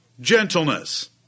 gentleness